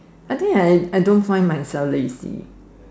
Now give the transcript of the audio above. I think I I don't find myself lazy